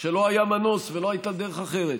כשלא היה מנוס ולא הייתה דרך אחרת.